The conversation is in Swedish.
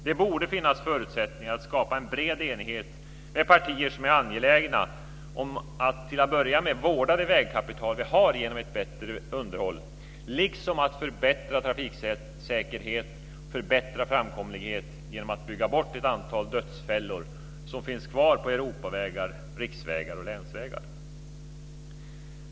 Det borde finnas förutsättningar att skapa en bred enighet med partier som är angelägna om att till att börja med vårda det vägkapital vi har genom ett bättre underhåll, liksom att förbättra trafiksäkerhet och framkomlighet genom att bygga bort ett antal av de dödsfällor som finns kvar på Europavägar, riksvägar och länsvägar.